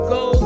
go